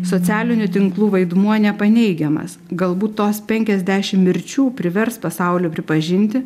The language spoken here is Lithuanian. socialinių tinklų vaidmuo nepaneigiamas galbūt tos penkiasdešimt mirčių privers pasaulį pripažinti